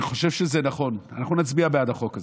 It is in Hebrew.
ואני חושב שזה נכון, אנחנו נצביע בעד החוק הזה.